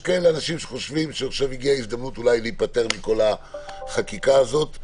כדי להבין שיש אנשים שחושבים שיש עכשיו הזדמנות להיפטר מכל החקיקה הזאת.